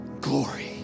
glory